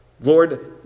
Lord